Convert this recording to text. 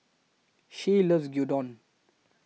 Shay loves Gyudon